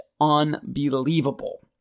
unbelievable